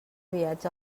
viatge